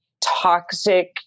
toxic